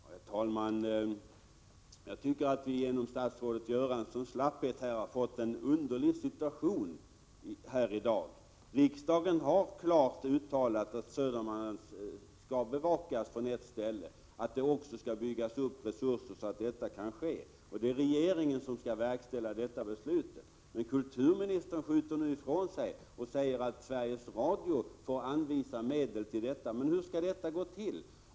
Herr talman! Jag tycker att vi genom statsrådet Göranssons slapphet har fått en underlig situation. Riksdagen har klart uttalat att Södermanland skall bevakas från ett ställe och att det skall byggas upp resurser så att detta kan ske. Det är regeringen som skall verkställa detta beslut, men kulturministern skjuter nu problemet ifrån sig och säger att Sveriges Radio får anvisa medel. Hur skall det gå till?